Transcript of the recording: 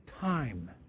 time